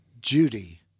Judy